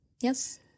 Yes